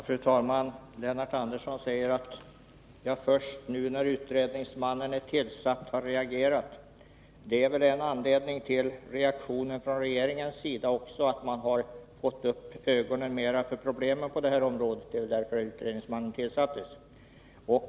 Fru talman! Lennart Andersson säger att jag först nu, när utredningsmannen är tillsatt, har reagerat. En anledning till reaktionen också från regeringens sida är att man har fått upp ögonen för problemen på det här området. Det är ju därför utredningsmannen tillsattes.